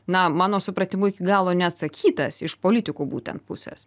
na mano supratimu iki galo neatsakytas iš politikų būtent pusės